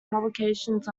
publications